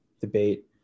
debate